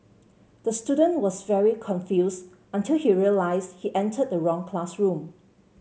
the student was very confused until he realised he entered the wrong classroom